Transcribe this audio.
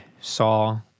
saw